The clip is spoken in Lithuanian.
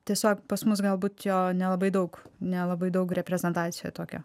tiesiog pas mus galbūt jo nelabai daug nelabai daug reprezentacijoj tokio